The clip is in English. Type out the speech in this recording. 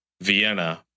Vienna